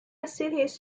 cities